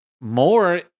more